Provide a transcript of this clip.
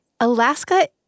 Alaska